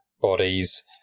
bodies